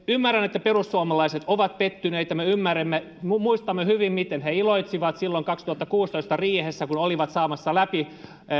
ymmärrän että perussuomalaiset ovat pettyneitä me muistamme hyvin miten he iloitsivat silloin kaksituhattakuusitoista riihessä kun olivat saamassa läpi